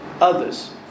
others